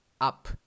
Up